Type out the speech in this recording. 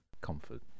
Comfort